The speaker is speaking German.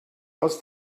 aus